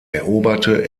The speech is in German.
eroberte